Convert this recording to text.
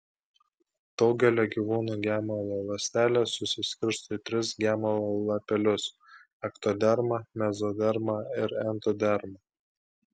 daugelio gyvūnų gemalo ląstelės susiskirsto į tris gemalo lapelius ektodermą mezodermą ir entodermą